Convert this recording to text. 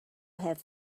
have